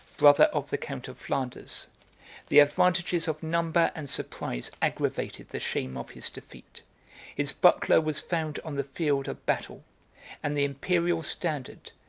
brother of the count of flanders the advantages of number and surprise aggravated the shame of his defeat his buckler was found on the field of battle and the imperial standard,